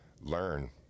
learn